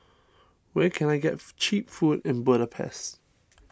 where can I get Cheap Food in Budapest